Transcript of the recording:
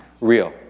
real